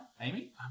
Amy